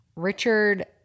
Richard